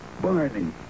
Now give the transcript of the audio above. Barney